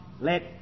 let